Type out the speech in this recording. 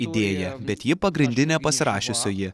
idėja bet ji pagrindinė pasirašiusioji